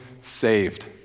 saved